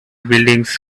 buildings